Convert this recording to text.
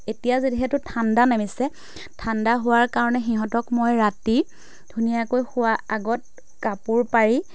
এতিয়া যিহেতু ঠাণ্ডা নামিছে ঠাণ্ডা হোৱাৰ কাৰণে সিহঁতক মই ৰাতি ধুনীয়াকৈ শোৱাৰ আগত কাপোৰ পাৰি